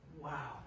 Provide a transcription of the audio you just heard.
Wow